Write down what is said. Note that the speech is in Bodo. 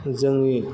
जोंनि